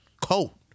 coat